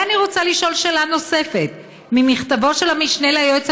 ואני רוצה לשאול שאלה נוספת: ממכתבו של המשנה ליועץ